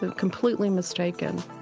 and completely mistaken.